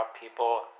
people